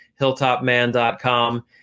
Hilltopman.com